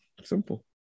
simple